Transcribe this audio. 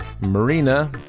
Marina